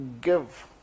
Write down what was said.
give